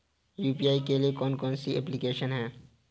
UPI के लिए कौन कौन सी एप्लिकेशन हैं?